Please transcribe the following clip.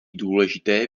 důležité